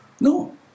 No